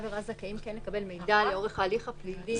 עבירה כן זכאים לקבל מידע לאורך ההליך הפלילי.